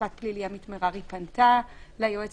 משפט פלילי, עמית מררי, פנתה ליועץ